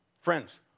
Friends